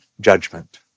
judgment